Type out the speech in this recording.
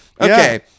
Okay